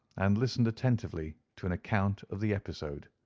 and listened attentively to an account of the episode.